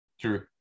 True